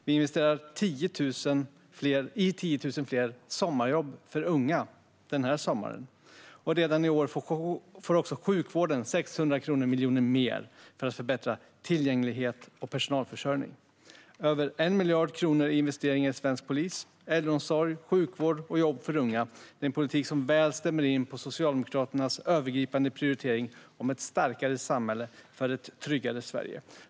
Vi investerar också i 10 000 fler sommarjobb för unga denna sommar, och redan i år får sjukvården 600 miljoner mer för att förbättra tillgänglighet och personalförsörjning. Vi investerar över 1 miljard kronor i svensk polis, äldreomsorg, sjukvården och jobb för unga. Det är en politik som stämmer väl in på Socialdemokraternas övergripande prioritering för ett starkare samhälle och ett tryggare Sverige.